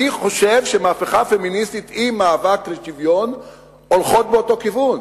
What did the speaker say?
אני חושב שהמהפכה הפמיניסטית והמאבק לשוויון הולכים באותו כיוון.